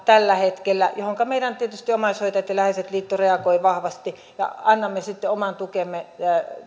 tällä hetkellä mihinkä tietysti meidän omaishoitajat ja läheiset liitto reagoi vahvasti ja annamme sitten oman tukemme